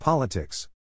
Politics